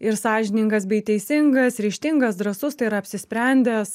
ir sąžiningas bei teisingas ryžtingas drąsus tai yra apsisprendęs